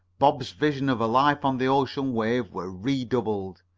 bob's visions of a life on the ocean wave were redoubled.